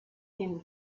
him